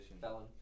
Felon